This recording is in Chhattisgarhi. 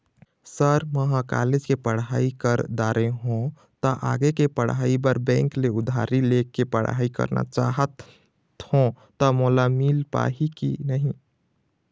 सर म ह कॉलेज के पढ़ाई कर दारें हों ता आगे के पढ़ाई बर बैंक ले उधारी ले के पढ़ाई करना चाहत हों ता मोला मील पाही की नहीं?